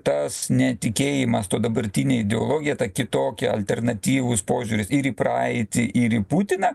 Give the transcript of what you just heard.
tas netikėjimas tuo dabartine ideologija ta kitokia alternatyvus požiūris ir į praeitį ir į putiną